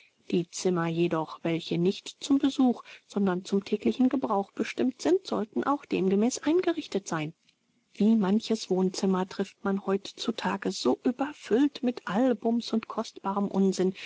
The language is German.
die zimmer jedoch welche nicht zum besuch sondern zum täglichen gebrauch bestimmt sind sollten auch demgemäß eingerichtet sein wie manches wohnzimmer trifft man heut zu tage so überfüllt mit albums und kostbarem unsinn